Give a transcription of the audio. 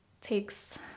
takes